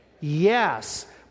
Yes